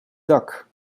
dak